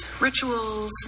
rituals